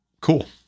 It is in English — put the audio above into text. cool